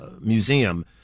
museum